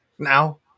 now